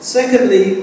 Secondly